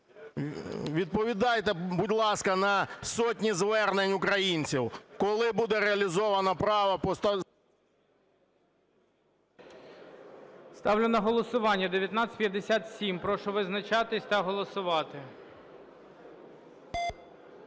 відповідайте, будь ласка, на сотні звернень українців, коли буде реалізовано право… ГОЛОВУЮЧИЙ. Ставлю на голосування 1957. Прошу визначатись та голосувати.